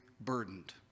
burdened